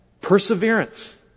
perseverance